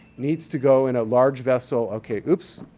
needs to go in a large vessel. ok. oops.